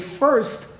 first